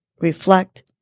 reflect